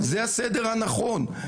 זה הסדר הנכון,